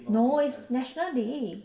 no it's national day